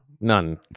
None